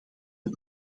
het